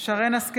(קוראת בשם חברת הכנסת) שרן השכל,